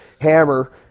Hammer